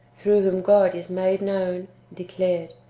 through whom god is made known, declared,